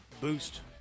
boost